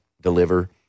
deliver